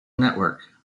network